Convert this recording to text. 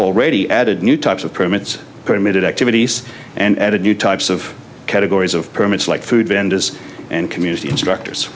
already added new types of permits permitted activities and added new types of categories of permits like food vendors and community instructors